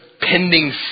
pending